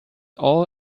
all